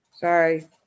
Sorry